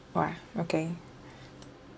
!wah! okay